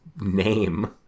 name